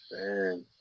man